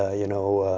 ah you know,